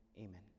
Amen